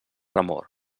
remor